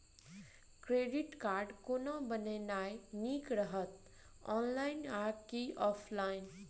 Credit card कोना बनेनाय नीक रहत? ऑनलाइन आ की ऑफलाइन?